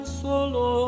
solo